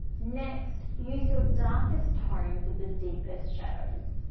next, use your darkest tone for the deepest shadows.